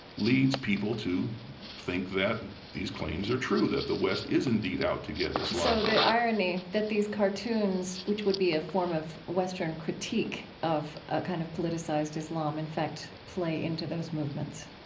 leads people to think that these claims are true, that the west is indeed out to get islam so the irony that these cartoons, which would be a form of western critique of ah kind of politicized islam, in fact, play into those movements?